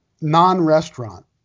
non-restaurant